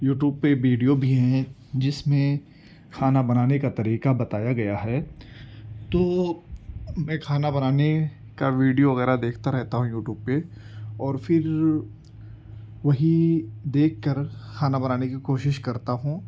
YouTube پہ video بھی ہیں جس میں کھانا بنانے کا طریقہ بتایا گیا ہے تو میں کھانا بنانے کا ویڈیو وغیرہ دیکھتا رہتا ہوں یوٹیوب پہ اور پھر وہی دیکھ کر کھانا بنانے کی کوشش کرتا ہوں